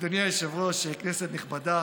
אדוני היושב-ראש, כנסת נכבדה,